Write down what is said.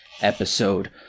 episode